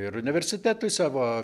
ir universitetui savo